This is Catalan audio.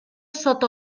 sota